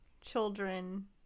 children